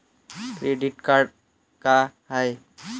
Credit card का हाय?